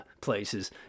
places